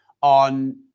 on